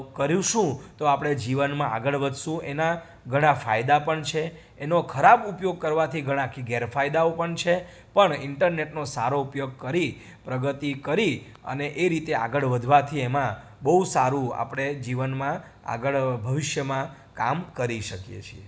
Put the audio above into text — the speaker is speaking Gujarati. કરીશું તો આપણે જીવનમાં આગળ વધીશું એના ઘણા ફાયદા પણ છે એનો ખરાબ ઉપયોગ કરવાથી ઘણા ગેરફાયદાઓ પણ છે પણ ઈન્ટરનેટનો સારો ઉપયોગ કરી પ્રગતિ કરી અને એ રીતે આગળ વધવાથી એમાં બહુ સારું આપણે જીવનમાં આગળ ભવિષ્યમાં કામ કરી શકીએ છીએ